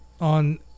on